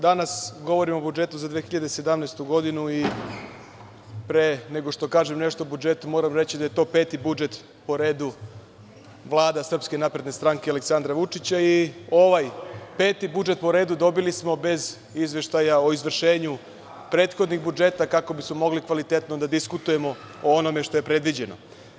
Danas govorimo o budžetu za 2017. godinu i pre nego što kažem nešto o budžetu, moram reći da je to peti budžet po redu Vlade Srpske napredne stranke Aleksandra Vučića i ovaj peti budžet po redu dobili smo bez izveštaja o izvršenju prethodnih budžeta kako bismo mogli kvalitetno da diskutujemo o onome što je predviđeno.